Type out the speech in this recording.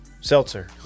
seltzer